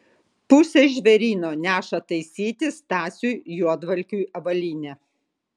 pusė žvėryno neša taisyti stasiui juodvalkiui avalynę